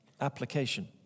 application